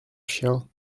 chien